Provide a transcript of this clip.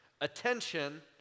attention